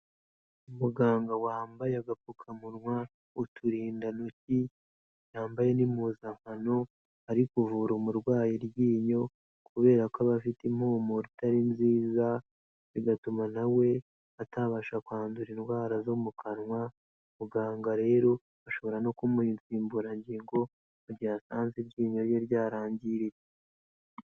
Umuganga wambaye agapfukamunwa, uturindantoki, yambaye n'impuzankano, ari kuvura umurwayi iryinyo kubera ko aba afite impumuro itari nziza bigatuma na we atabasha kwandura indwara zo mu kanwa, muganga rero ashobora no kumuha insimburangingo mu gihe asanze iryinyo rye ryarangiritse.